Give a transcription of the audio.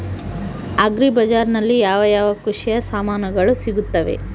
Agri ಬಜಾರಿನಲ್ಲಿ ಯಾವ ಯಾವ ಕೃಷಿಯ ಸಾಮಾನುಗಳು ಸಿಗುತ್ತವೆ?